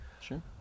Sure